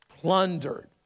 plundered